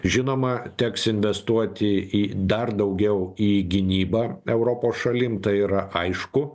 žinoma teks investuoti į dar daugiau į gynybą europos šalim tai yra aišku